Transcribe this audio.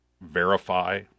verify